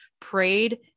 prayed